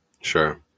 Sure